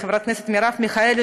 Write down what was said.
חברת הכנסת מרב מיכאלי,